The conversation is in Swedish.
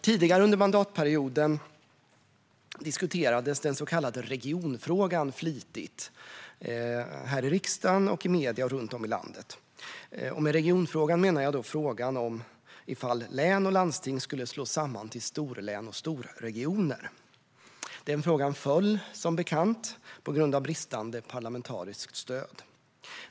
Tidigare under mandatperioden diskuterades den så kallade regionfrågan flitigt här i riksdagen och i medier runt om i landet. Med regionfrågan menar jag då frågan om ifall län och landsting skulle slås samman till storlän och storregioner. Den frågan föll, som bekant, på grund av bristande parlamentariskt stöd.